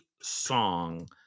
song